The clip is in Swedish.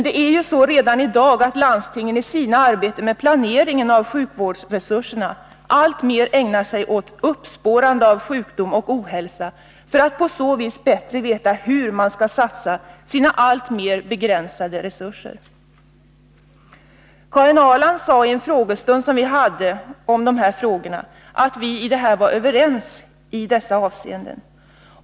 Det är ju så redan i dag, att landstingen i sina arbeten med planeringen av sjukvårdsresurserna alltmer ägnar sig åt uppspårande av sjukdom och ohälsa för att på så vis bättre veta hur man skall satsa sina alltmer begränsade resurser. Karin Ahrland sade i en frågestund som vi hade om detta att vi var överens i dessa avseenden.